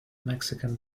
mexican